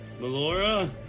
Melora